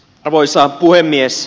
arvoisa puhemies